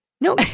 No